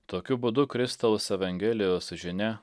tokiu būdu kristaus evangelijos žinia